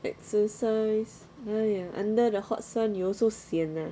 exercise !aiya! under the hot sun you also sian ah